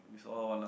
saw her one last